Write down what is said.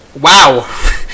wow